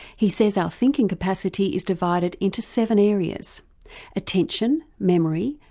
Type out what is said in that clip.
he says our thinking capacity is divided into seven areas attention, memory,